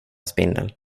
spindel